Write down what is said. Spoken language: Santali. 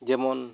ᱡᱮᱢᱚᱱ